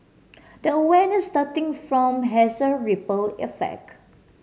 the awareness starting from has a ripple effect